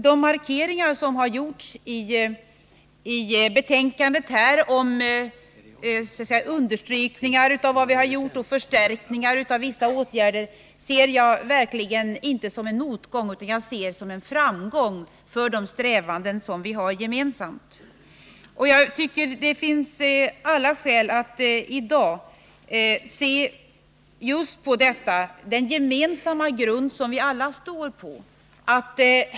De markeringar som har gjorts i betänkandet när det gäller vad vi har gjort och beträffande förstärkningar av vissa åtgärder ser jag verkligen inte som en motgång utan som en framgång för de strävanden som vi har gemensamma. Det finns alla skäl att i dag se just på den gemensamma grund som vi alla står på.